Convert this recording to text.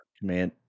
command